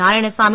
Narayanasamy